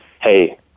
hey